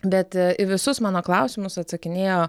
bet į visus mano klausimus atsakinėjo